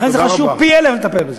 לכן זה חשוב פי-אלף לטפל בזה.